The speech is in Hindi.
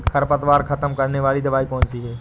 खरपतवार खत्म करने वाली दवाई कौन सी है?